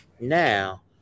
now